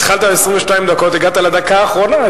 התחלת ב-22 דקות, הגעת לדקה האחרונה.